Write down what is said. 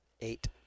Eight